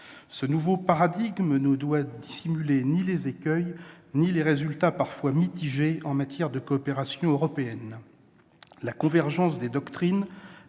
Ce nouveau « paradigme » ne doit dissimuler ni les écueils ni les résultats parfois mitigés en matière de coopération européenne. La convergence des doctrines,